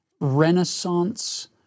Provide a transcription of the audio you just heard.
renaissance